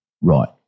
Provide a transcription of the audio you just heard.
Right